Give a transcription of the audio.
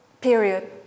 period